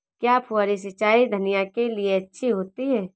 क्या फुहारी सिंचाई धनिया के लिए अच्छी होती है?